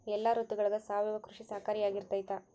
ಎಲ್ಲ ಋತುಗಳಗ ಸಾವಯವ ಕೃಷಿ ಸಹಕಾರಿಯಾಗಿರ್ತೈತಾ?